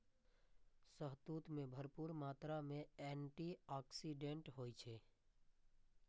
शहतूत मे भरपूर मात्रा मे एंटी आक्सीडेंट होइ छै